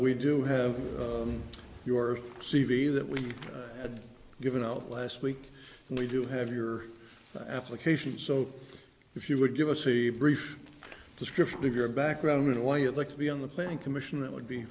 we do have your c v that we had given out last week and we do have your application so if you would give us a brief description of your background and why you'd like to be on the playing commission that would be